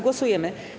Głosujemy.